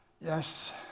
yes